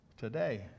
today